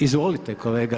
Izvolite kolega